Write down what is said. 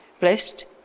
Blessed